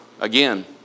again